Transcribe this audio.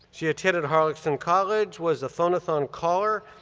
she attended harlaxton college, was a phone-athon caller,